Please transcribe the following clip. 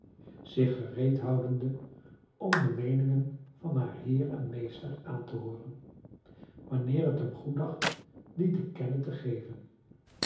zich gereed houdende om de meeningen van haren heer en meester aan te hooren wanneer het hem goeddacht die te kennen te geven